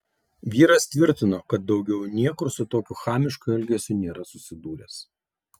vyras tvirtino kad daugiau niekur su tokiu chamišku elgesiu nėra susidūręs